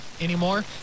anymore